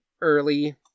early